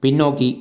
பின்னோக்கி